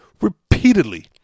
repeatedly